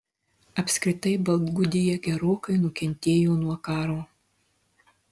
apskritai baltgudija gerokai nukentėjo nuo karo